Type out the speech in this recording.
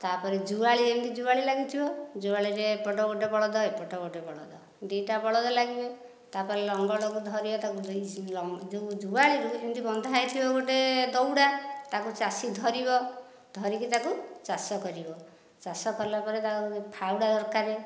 ତାପରେ ଜୁଆଳି ଯେମିତି ଜୁଆଳି ଲାଗିଥିବ ଜୁଆଳି ରେ ଏପଟେ ଗୋଟେ ବଳଦ ଏପଟେ ଗୋଟେ ବଳଦ ଦିଟା ବଳଦ ଲାଗିବେ ତାପରେ ଲଙ୍ଗଳକୁ ଧରିବେ ତାକୁ ଜୁଆଳି ରୁ ଏମତି ବନ୍ଧା ହୋଇଥିବ ଗୋଟେ ଦଉଡ଼ା ତାକୁ ଚାଷୀ ଧରିବ ଧରିକି ତାକୁ ଚାଷ କରିବ ଚାଷ କଳା ପରେ ତାର ଫାଉଡ଼ା ଦରକାରେ